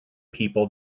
people